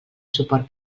suport